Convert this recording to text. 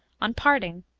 on parting,